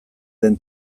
den